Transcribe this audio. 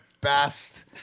best